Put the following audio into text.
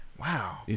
Wow